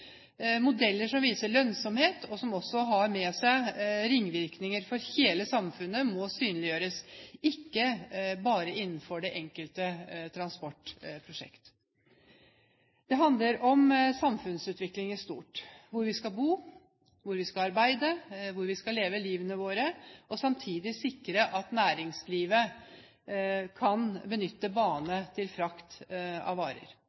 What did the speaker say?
Modeller som viser lønnsomhet, og som også har med seg ringvirkninger for hele samfunnet, må synliggjøres, ikke bare innenfor det enkelte transportprosjekt. Det handler om samfunnsutvikling i stort – hvor vi skal bo, hvor vi skal arbeide, hvor vi skal leve livet vårt, og samtidig sikre at næringslivet kan benytte bane til frakt av varer.